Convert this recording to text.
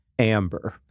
Amber